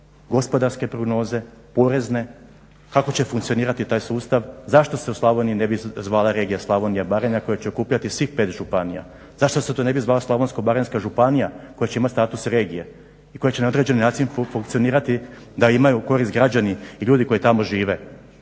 gospodarske prognoze, porezne. Kako će funkcionirati taj sustav? Zašto se u Slavoniji ne bi zvala regija Slavonija, Baranja koja će okupljati svih 5 županija. Zašto se to ne bi zvala Slavonsko-baranjska županija koja će imati status regije i koja će na određeni način funkcionirati da imaju korist građani i ljudi koji tamo žive.